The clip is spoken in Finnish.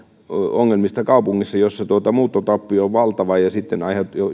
ongelmista kaupungissa jossa muuttotappio on valtava sitten